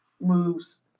moves